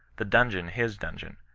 the dungeon his dungeon,